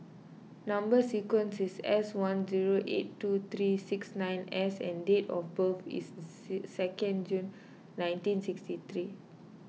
Number Sequence is S one zero eight two three six nine S and date of birth is second June nineteen sixty three